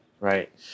right